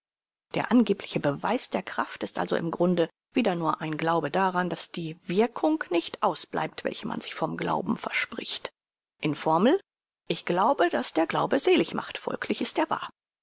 der angebliche beweis der kraft ist also im grunde wieder nur ein glaube daran daß die wirkung nicht ausbleibt welche man sich vom glauben verspricht in formel ich glaube daß der glaube selig macht folglich ist er wahr